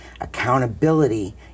Accountability